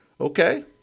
Okay